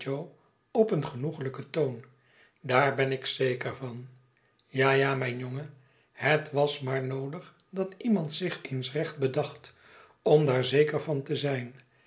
op een genoeglijken toon daar ben ik zeker van ja j a mijn jongen het was maar noodig dat iemand zich eens recht bedacht om daar zeker van te zijn